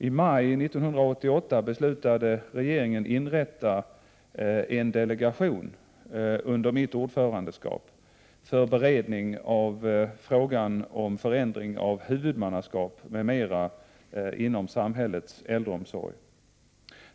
I maj 1988 beslutade regeringen att inrätta en delegation under mitt ordförandeskap för beredning av frågan om förändring av huvudmannaskap m.m. inom samhällets äldreomsorg.